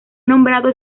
nombrado